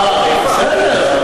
אה, בסדר.